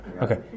Okay